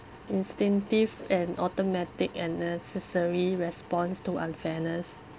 instinctive and automatic and necessary response to unfairness